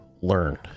Learn